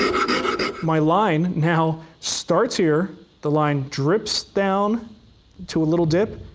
my line now starts here. the line drips down to a little dip,